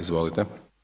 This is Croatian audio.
Izvolite.